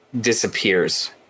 Disappears